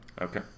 Okay